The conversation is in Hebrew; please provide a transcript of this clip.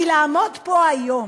כי לעמוד פה היום